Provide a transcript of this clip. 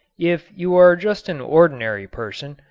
if you are just an ordinary person,